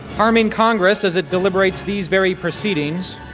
harming congress as it deliberates. these very proceedings